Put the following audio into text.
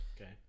okay